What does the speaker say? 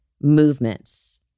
movements